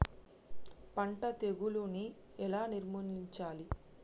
పంట తెగులుని ఎలా నిర్మూలించాలి?